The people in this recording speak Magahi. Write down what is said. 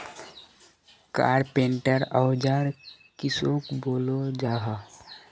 कारपेंटर औजार किसोक बोलो जाहा?